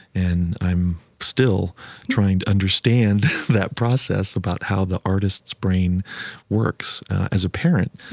and i'm still trying to understand that process about how the artist's brain works. as a parent,